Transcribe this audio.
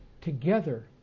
together